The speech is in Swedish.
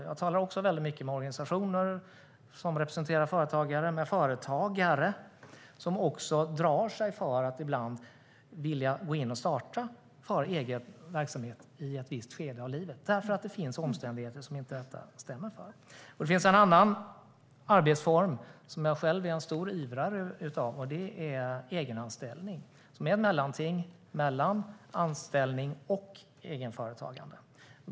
Jag talar också mycket med organisationer som representerar företagare och med företagare som ibland drar sig för att gå in och starta egen verksamhet i ett visst skede i livet, därför att det finns omständigheter detta inte stämmer för. Det finns en annan arbetsform som jag själv är stor ivrare för, och det är egenanställning. Det är ett mellanting mellan anställning och egenföretagande.